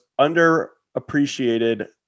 underappreciated